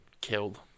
killed